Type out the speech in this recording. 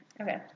Okay